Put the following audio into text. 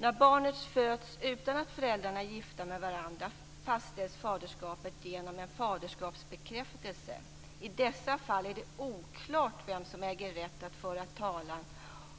När ett barn föds utan att föräldrarna är gifta med varandra fastställs faderskapet genom en faderskapsbekräftelse. I dessa fall är det oklart vem som äger rätt att föra talan